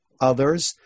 others